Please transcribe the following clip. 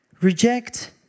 reject